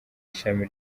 ishami